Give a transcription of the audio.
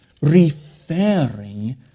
referring